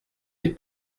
des